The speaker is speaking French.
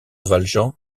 valjean